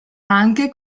anche